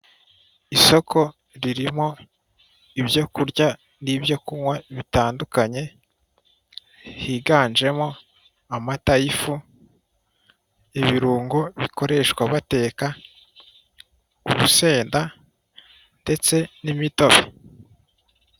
Isoko ririmo ibyo kurya n'ibyo kunywa bitandukanye higanjemo amata y'ifu, ibirungo bikoresha bateka, urusenda ndetse n'imitobe.